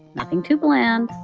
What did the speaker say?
nothing too bland,